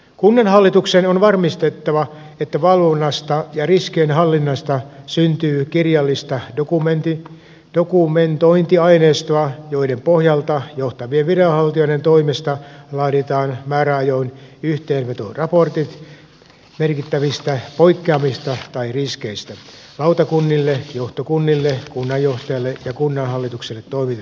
kunnanhallituksen on varmistettava että valvonnasta ja riskienhallinnasta syntyy kirjallista dokumentointiaineistoa jonka pohjalta johtavien viranhaltijoiden toimesta laaditaan määräajoin yhteenvetoraportit merkittävistä poikkeamista tai riskeistä lautakunnille johtokunnille kunnanjohtajalle ja kunnanhallitukselle toimitettavaksi